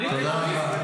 אני עונה לו.